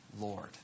Lord